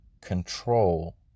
control